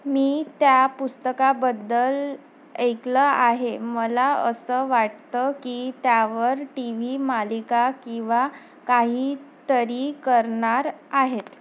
मी त्या पुस्तकाबद्दल ऐकलं आहे मला असं वाटतं की त्यावर टीव्ही मालिका किवा काहीतरी करणार आहेत